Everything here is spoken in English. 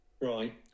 Right